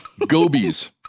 Gobies